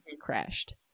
crashed